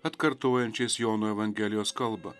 atkartojančiais jono evangelijos kalbą